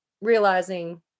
realizing